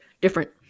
Different